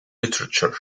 literature